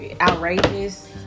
outrageous